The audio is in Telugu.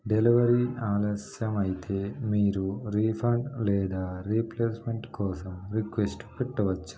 డెలివరీ ఆలస్యం అయితే మీరు రీఫండ్ లేదా రీప్లేస్మెంట్ కోసం రిక్వెస్ట్ పెట్టవచ్చు